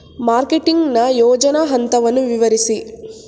Marketing ನ ಯೋಜನಾ ಹಂತವನ್ನು ವಿವರಿಸಿ?